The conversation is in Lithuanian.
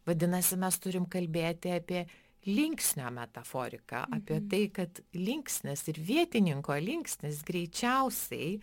vadinasi mes turim kalbėti apie linksnio metaforiką apie tai kad linksnis ir vietininko linksnis greičiausiai